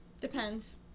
Depends